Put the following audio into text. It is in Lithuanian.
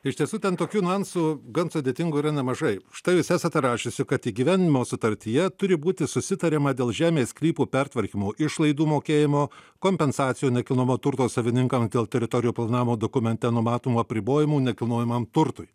iš tiesų ten tokių niuansų gan sudėtingų yra nemažai štai jūs esate rašiusi kad įgyvendinimo sutartyje turi būti susitariama dėl žemės sklypų pertvarkymo išlaidų mokėjimo kompensacijų nekilnojamo turto savininkam dėl teritorijų planavimo dokumente numatomų apribojimų nekilnojamam turtui